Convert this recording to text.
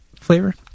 flavor